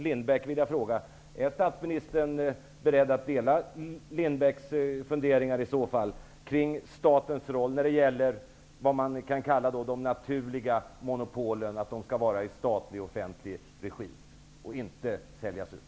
Lindbeckkommissionens funderingar kring statens roll när det gäller att de s.k. naturliga monopolen skall vara i statlig regi och inte säljas ut?